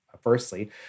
firstly